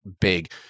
big